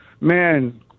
man